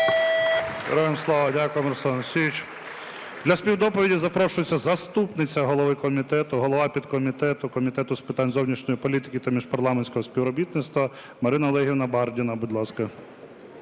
Дякуємо, Руслан Олексійович. Для співдоповіді запрошується заступниця голови комітету, голова підкомітету Комітету з питань зовнішньої політики та міжпарламентського співробітництва Марина Олегівна Бардіна. Будь ласка.